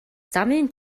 замын